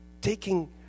taking